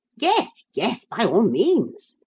yes, yes, by all means,